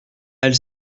elle